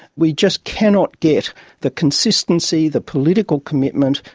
we just cannot get the consistency, the political commitment,